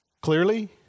clearly